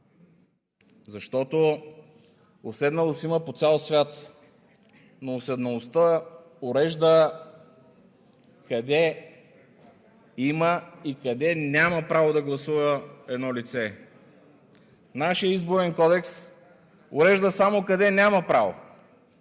глас. Уседналост има по цял свят, но уседналостта урежда къде има и къде няма право да гласува едно лице. Нашият Изборен кодекс урежда само къде няма право